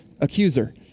accuser